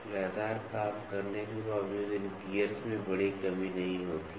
लगातार काम करने के बावजूद इन गियर्स में बड़ी कमी नहीं होती है